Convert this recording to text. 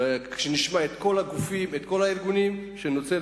כשנשמע את כל הגופים, את כל הארגונים, שנוציא.